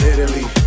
Italy